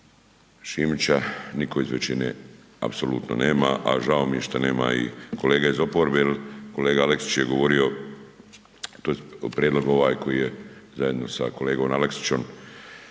Šimića, nitko iz većine apsolutno nema, a žao mi je šta nema i kolega iz oporbe jer kolega Aleksić je govorio tj. prijedlog ovaj koji je zajedno sa kolegom Aleksićem